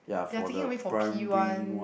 they are taking away for P-one